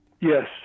yes